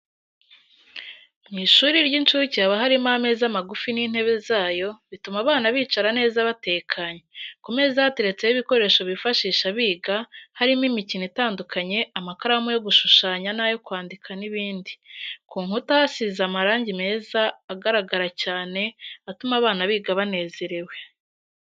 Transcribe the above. Mu ishuri ry'incuke haba harimo ameza magufi n'intebe zayo, bituma abana bicara neza batekanye, ku meza hateretseho ibikoresho bifashisha biga, harimo imikino itandukanye, amakaramu yo gushushanya n'ayo kwandika n'ibindi. Ku nkuta hasize amarangi meza agaragara cyane atuma abana biga banezerewe.